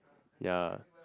ya